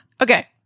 Okay